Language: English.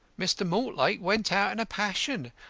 mr. mortlake went out in a passion,